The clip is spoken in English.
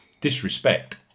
Disrespect